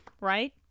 right